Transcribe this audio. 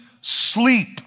sleep